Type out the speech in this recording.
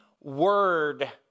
word